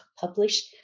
published